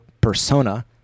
Persona